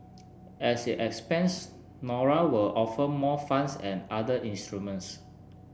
as it expands Nora will offer more funds and other instruments